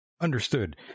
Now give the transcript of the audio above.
understood